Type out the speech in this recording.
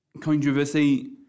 Controversy